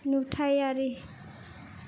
नुथायारि